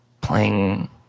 playing